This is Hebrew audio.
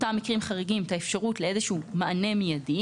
האפשרות לאיזשהו מענה מיידי,